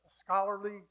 scholarly